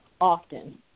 often